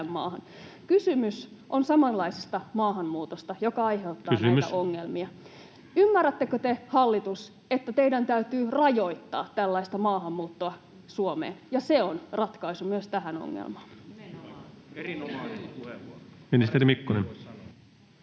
Kysymys on samanlaisesta maahanmuutosta, joka aiheuttaa näitä ongelmia. [Puhemies: Kysymys!] Ymmärrättekö te, hallitus, että teidän täytyy rajoittaa tällaista maahanmuuttoa Suomeen ja se on ratkaisu myös tähän ongelmaan? [Leena